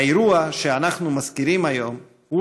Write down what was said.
האירוע שאנחנו מזכירים היום הוא